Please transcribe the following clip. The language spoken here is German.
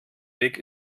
weg